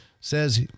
says